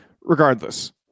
Regardless